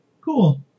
cool